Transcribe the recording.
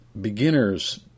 Beginners